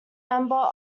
member